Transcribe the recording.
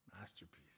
masterpiece